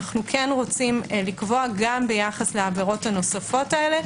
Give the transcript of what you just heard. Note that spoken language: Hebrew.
אנו כן רוצים לקבוע גם ביחס לעבירות הנוספות האלה.